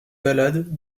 ballades